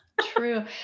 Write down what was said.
True